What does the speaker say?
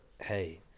hey